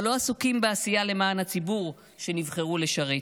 אבל לא עסוקים בעשייה למען הציבור שנבחרו לשרת,